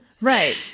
Right